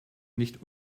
nicht